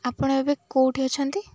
ଆପଣ ଏବେ କେଉଁଠି ଅଛନ୍ତି